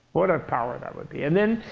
what a power that would be. and then,